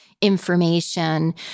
information